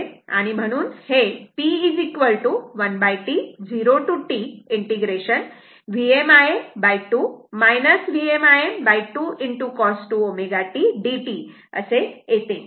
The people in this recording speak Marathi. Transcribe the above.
म्हणून हे p 1T 0 to T ∫ Vm Im2 Vm Im2 cos 2 ω t dt असे येते